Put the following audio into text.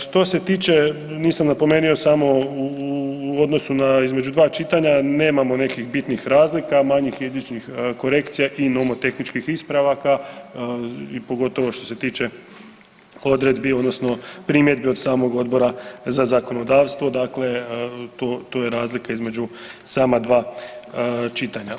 Što se tiče nisam napomenio samo u odnosu na između dva čitanja nemamo nekih bitnih razlika, manjih jezičnih korekcija i nomotehničkih ispravaka, pogotovo što se tiče odredbi odnosno primjedbi od samog Odbora za zakonodavstvo, dakle to je razlika između sama dva čitanja.